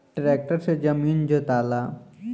tractor से जमीन जोताला